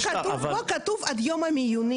פה כתוב עד יום הוועדה.